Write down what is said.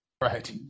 Right